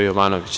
Jovanović.